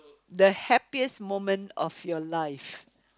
the happiest moment of your life